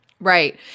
Right